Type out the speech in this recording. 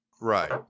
Right